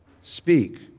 Speak